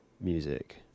music